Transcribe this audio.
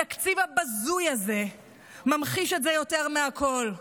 התקציב הבזוי הזה ממחיש את זה יותר מכול.